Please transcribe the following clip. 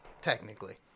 technically